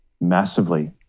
Massively